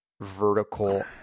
vertical